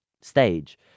stage